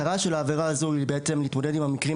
המטרה של העבירה הזו היא להתמודד עם המקרים